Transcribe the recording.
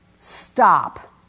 Stop